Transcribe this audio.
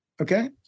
okay